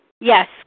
Yes